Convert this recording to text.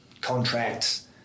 contracts